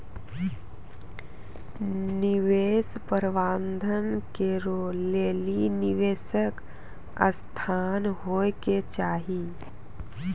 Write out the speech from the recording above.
निवेश प्रबंधन करै लेली निवेशक संस्थान होय के चाहि